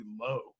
low